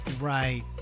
Right